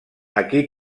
aquí